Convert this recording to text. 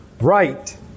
right